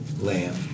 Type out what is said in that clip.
lamb